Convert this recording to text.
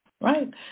Right